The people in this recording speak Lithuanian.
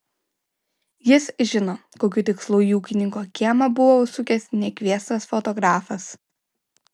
jis žino kokiu tikslu į ūkininko kiemą buvo užsukęs nekviestas fotografas